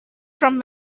from